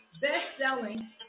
best-selling